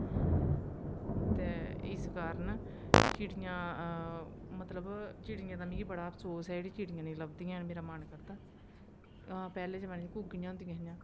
ते इस कारण चिड़ियां मतलब चिड़ियें दा मिकी बड़ा अफसोस ऐ जेह्ड़ी चिड़ियां नेईं लभदी हैन मेरा मन करदा हां पैह्ले जमान्ने च घुग्गियां होंदियां हियां